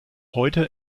heute